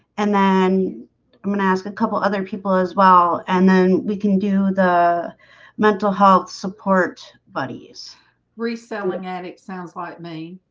and then i'm gonna ask a couple other people as well and then we can do the mental health support buddies refilling it. it sounds like me